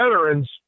veterans